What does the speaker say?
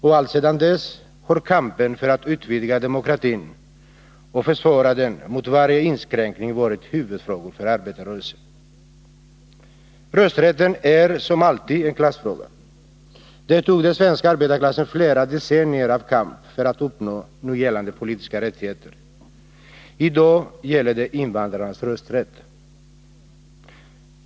Och alltsedan dess har kampen för att utvidga demokratin och försvara den mot varje inskränkning varit huvudfrågan för arbetarrörelsen. Rösträtten är som alltid en klassfråga. Det tog den svenska arbetarklassen flera decennier av kamp att uppnå nu gällande politiska rättigheter. I dag gäller det invandrarnas rösträtt.